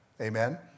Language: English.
Amen